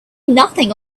nothing